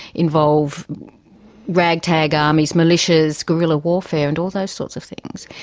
involve rag-tag armies, militias, guerrilla warfare and all those sorts of things,